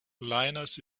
linus